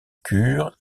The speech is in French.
cure